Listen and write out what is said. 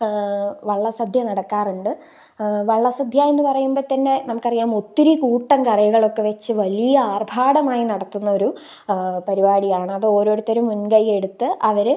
വള്ള സദ്യ നടക്കാറുണ്ട് വള്ള സദ്യ എന്നു പറയുമ്പോള്ത്തന്നെ നമുക്കറിയാം ഒത്തിരി കൂട്ടം കറികളൊക്കെ വച്ച് വലിയാർഭാടമായി നടത്തുന്നൊരു പരിപാടിയാണതോരോരുത്തരു മുൻകൈയെടുത്ത് അവര്